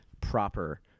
proper